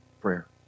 Prayer